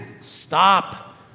Stop